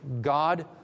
God